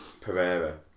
Pereira